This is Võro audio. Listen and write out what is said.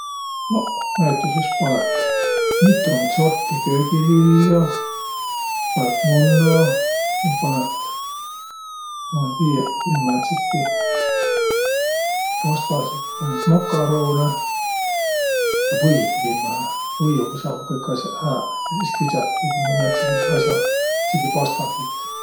Noq, näütüses panõt mitund sorti köögiviljo, sis panõt munna ja panõt, ma ei tiiäq, viil määntsitki pastasit, panõt makaruunõ, ja võidu kimmähe, võiuga saavaq kõik as'aq hääq. Ja sis küdsät kuigimuudu määntsegi as'a, määntsegi pasta tiit.